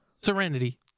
Serenity